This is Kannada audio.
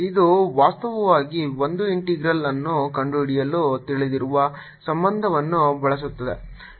ಇದು ವಾಸ್ತವವಾಗಿ ಒಂದು ಇಂಟೆಗ್ರಲ್ ಅನ್ನು ಕಂಡುಹಿಡಿಯಲು ತಿಳಿದಿರುವ ಸಂಬಂಧವನ್ನು ಬಳಸುತ್ತಿದೆ